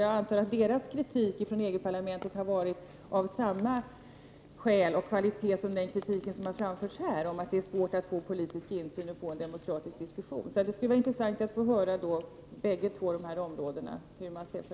Jag antar att kritiken från EG-parlamentet varit av samma slag som den som framförts här, nämligen att det är svårt att få politisk insyn och en demokratisk diskussion. Det skulle vara intressant att få höra hur man ser på läget inom de här områdena.